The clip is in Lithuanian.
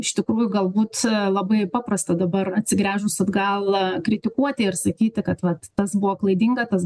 iš tikrųjų galbūt labai paprasta dabar atsigręžus atgal kritikuoti ir sakyti kad vat tas buvo klaidinga tas